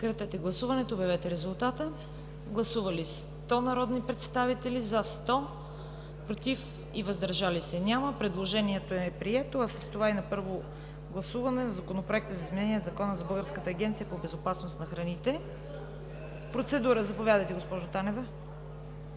Предложението е прието,